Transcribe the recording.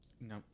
No